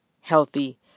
healthy